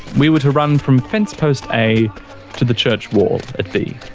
we were to run from fence post a to the church wall at b,